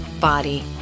body